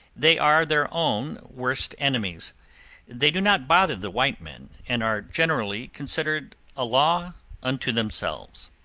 they are their own worst enemies they do not bother the white men, and are generally considered a law unto themselves.